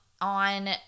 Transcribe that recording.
on